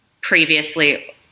previously